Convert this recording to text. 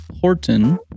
Horton